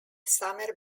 summer